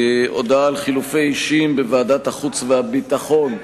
הודעה על חילופי אישים בוועדת החוץ והביטחון,